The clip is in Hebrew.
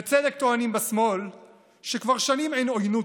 בצדק טוענים בשמאל שכבר שנים אין עוינות